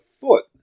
foot